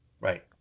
Right